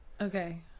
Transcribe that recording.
Okay